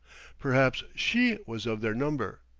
perhaps she was of their number.